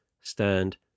stand